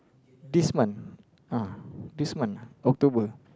this month uh this month October